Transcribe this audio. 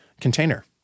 container